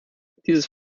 dieses